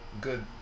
good